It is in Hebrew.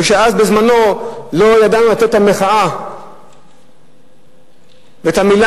וכשאז לא ידענו לתת את המחאה ואת המלה